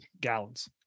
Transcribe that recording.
gallons